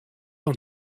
fan